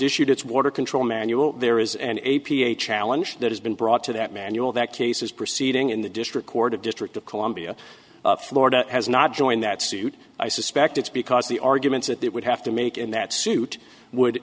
issued its water control manual there is an a p a challenge that has been brought to that manual that case is proceeding in the district court of district of columbia florida has not joined that suit i suspect it's because the arguments that that would have to make in that suit would